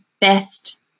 Best